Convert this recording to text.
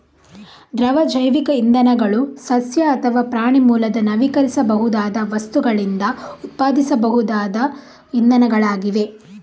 ದ್ರವ ಜೈವಿಕ ಇಂಧನಗಳು ಸಸ್ಯ ಅಥವಾ ಪ್ರಾಣಿ ಮೂಲದ ನವೀಕರಿಸಬಹುದಾದ ವಸ್ತುಗಳಿಂದ ಉತ್ಪಾದಿಸಬಹುದಾದ ಇಂಧನಗಳಾಗಿವೆ